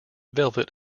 velvet